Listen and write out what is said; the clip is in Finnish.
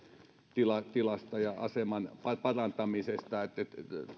tilasta tilasta ja aseman parantamisesta